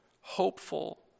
hopeful